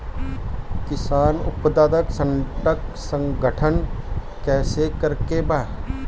किसान उत्पादक संगठन गठन कैसे करके बा?